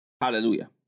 Hallelujah